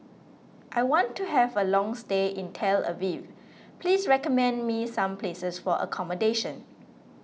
I want to have a long stay in Tel Aviv please recommend me some places for accommodation